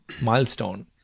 milestone